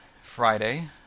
friday